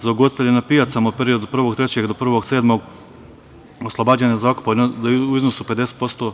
Za ugostitelje na pijacama u periodu od 1. marta do 1. jula oslobađanje zakupa u iznosu od 50%